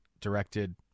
directed